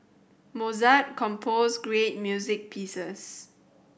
Mozart composed great music pieces